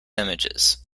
images